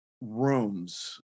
rooms